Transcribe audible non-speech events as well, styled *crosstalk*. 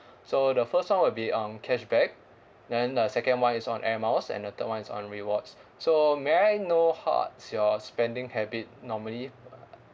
*breath* so the first one will be um cashback then the second one is on Air Miles and the third one is on rewards so may I know how is your spending habits normally uh